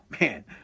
man